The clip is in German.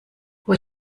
hohe